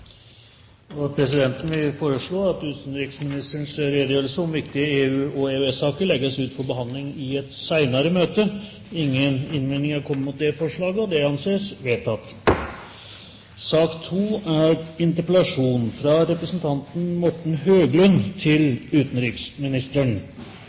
Presidenten vil foreslå at utenriksministerens redegjørelse om viktige EU- og EØS-saker legges ut for behandling i et senere møte. – Ingen innvendinger er kommet mot presidentens forslag, og det anses vedtatt.